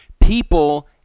People